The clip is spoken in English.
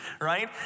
right